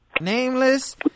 Nameless